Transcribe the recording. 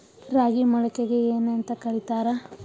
ರಾಗಿ ಮೊಳಕೆಗೆ ಏನ್ಯಾಂತ ಕರಿತಾರ?